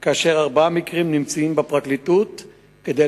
האם כאשר אדוני מתכוון לנתונים של הפגיעה זה כולל